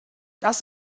das